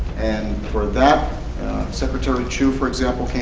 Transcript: and for that secretary chu, for example,